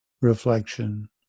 reflection